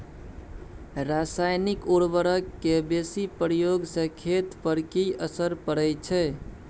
रसायनिक उर्वरक के बेसी प्रयोग से खेत पर की असर परै छै?